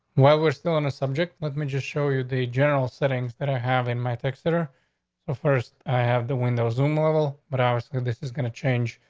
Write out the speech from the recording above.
while we're still in a subject, let me just show you the general settings that i have in my texted her so first. i have the window zoom level, but i think so this is gonna change.